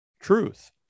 truth